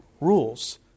rules